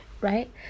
right